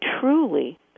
truly